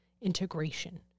integration